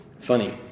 funny